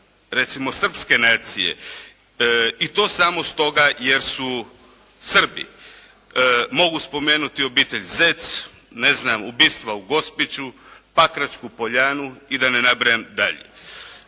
recimo srpske nacije i to samo stoga jer su Srbi. Mogu spomenuti obitelj Zec, ne znam ubistva u Gospiću, Pakračku Poljanu i da ne nabrajam dalje.